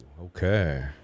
Okay